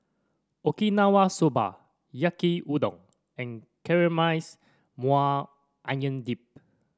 Okinawa Soba Yaki Udon and Caramelized Maui Onion Dip